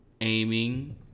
aiming